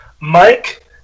Mike